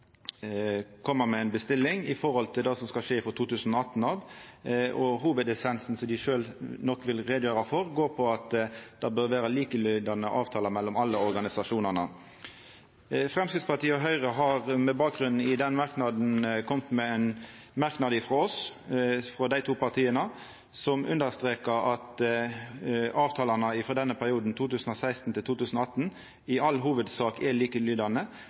til det som skal skje frå 2018 av. Hovudessensen, som dei sjølv nok vil gjera greie for, er at det bør vera likelydande avtalar mellom alle organisasjonane. Framstegspartiet og Høgre har med bakgrunn i den merknaden kome med ein merknad som understrekar at avtalane frå denne perioden, 2016–2018, i all hovudsak er likelydande. Det er ein ulik del lønsmidlar til